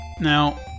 Now